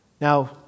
now